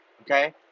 Okay